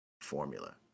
formula